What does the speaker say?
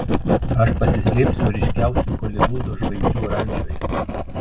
aš pasislėpsiu ryškiausių holivudo žvaigždžių rančoje